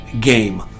game